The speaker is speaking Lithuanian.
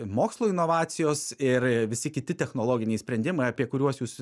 mokslo inovacijos ir visi kiti technologiniai sprendimai apie kuriuos jūs